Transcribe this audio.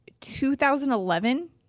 2011